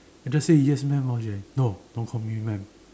I just say yes maam orh then she like no don't call me maam